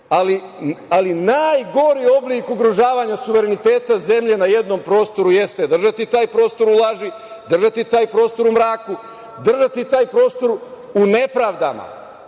ali najgori oblik ugrožavanja suvereniteta zemlje na jednom prostoru jeste držati taj prostor u laži, držati taj prostor u mraku, držati taj prostor u nepravdama. Najgore